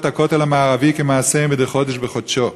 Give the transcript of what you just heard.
הכותל המערבי כמעשיהם מדי חודש בחודשו.